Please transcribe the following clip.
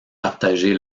partagé